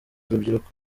urubyiruko